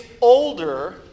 older